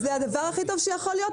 זה הדבר הכי טוב שיכול להיות.